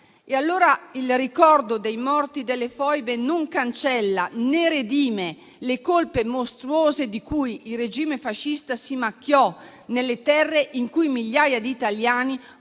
umana. Il ricordo dei morti delle foibe non cancella né redime le colpe mostruose di cui il regime fascista si macchiò nelle terre in cui migliaia di italiani